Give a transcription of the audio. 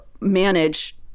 manage